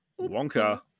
Wonka